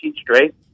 straight